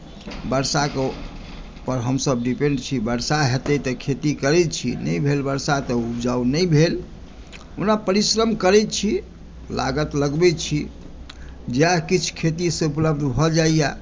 वर्षा पर हमसभ डिपेण्ड छी वर्षा हेतै तऽ खेती करै छै नहि भेल वर्षा तऽ उपजा नहि भेल ओना परिश्रम करै छी लागत लगबै छी जएह किछु खेतीसँ उपलब्ध भऽ जाइया